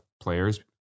players